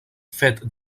fet